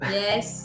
yes